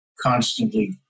constantly